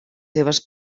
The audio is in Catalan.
seves